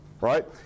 Right